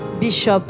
Bishop